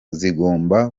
zigomba